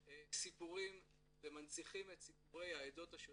סיפורים ומנציחים את סיפורי העדות השונות.